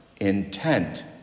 intent